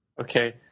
Okay